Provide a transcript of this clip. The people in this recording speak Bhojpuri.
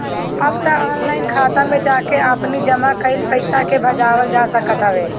अब तअ ऑनलाइन खाता में जाके आपनी जमा कईल पईसा के भजावल जा सकत हवे